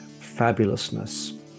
Fabulousness